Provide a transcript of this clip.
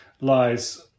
lies